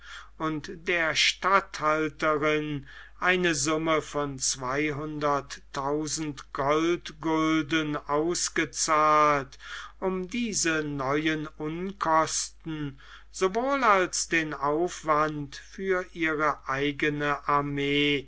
und der statthalterin eine summe von zweimalhunderttausend goldgulden ausgezahlt um diese neuen unkosten sowohl als den aufwand für ihre eigene armee